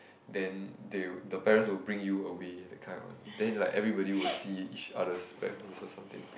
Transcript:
then they will the parents will bring you away that kind of then like everybody will see each other parents or something